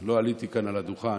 לא עליתי לכאן לדוכן,